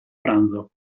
pranzo